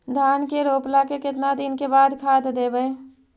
धान के रोपला के केतना दिन के बाद खाद देबै?